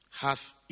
Hath